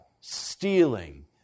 stealing